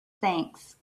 thanks